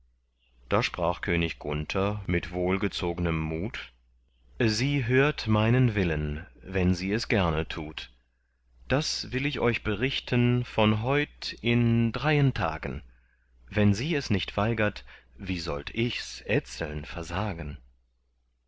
da sprach könig gunther mit wohlgezognem mut sie hört meinen willen wenn sie es gerne tut das will ich euch berichten von heut in dreien tagen wenn sie es nicht weigert wie sollt ichs etzeln versagen